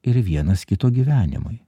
ir vienas kito gyvenimui